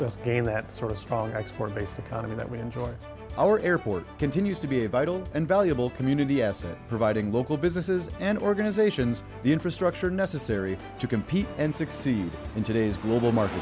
this game that sort of strong export based economy that we enjoy our airport continues to be a vital and valuable community asset providing local businesses and organizations the infrastructure necessary to compete and succeed in today's global market